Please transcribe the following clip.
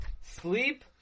sleep